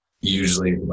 Usually